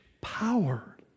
power